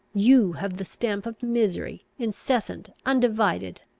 you have the stamp of misery, incessant, undivided,